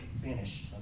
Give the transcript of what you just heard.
finish